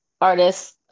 artists